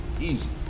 easy